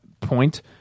point